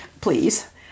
please